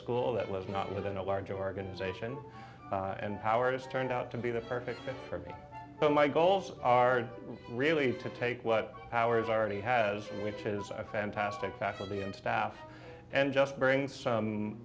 school that was not within a large organization and powers turned out to be the perfect fit for me but my goals are really to take what ours already has which is a fantastic faculty and staff and just brings some